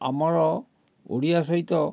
ଆମର ଓଡ଼ିଆ ସହିତ